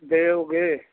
ਦਿਓਗੇ